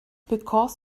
because